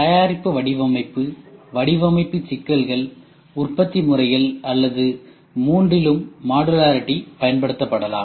தயாரிப்பு வடிவமைப்பு வடிவமைப்பு சிக்கல்கள் உற்பத்தி முறைகள் அல்லது மூன்றிலும் மாடுலரிட்டி பயன்படுத்தப்படலாம்